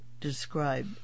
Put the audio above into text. describe